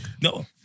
No